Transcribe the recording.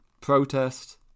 protest